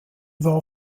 war